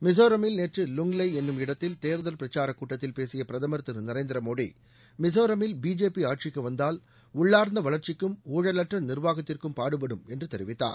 மிசோரமில் நேற்று லுங்லெய் என்னும் இடத்தில் தேர்தல் பிரக்சார கூட்டத்தில் பேசிய பிரதமர் திரு நரேந்திர மோடி மிசோரமில் பிஜேபி ஆட்சிக்கு வந்தால் உள்ளார்ந்த வளர்ச்சிக்கும் ஊழலற்ற நிர்வாகத்திற்கும் பாடுபடும் என்று தெரிவித்தார்